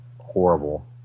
horrible